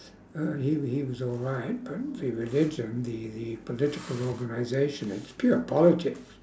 uh he he was alright but the religion the the political organisation it's pure politics